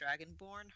dragonborn